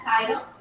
title